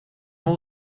all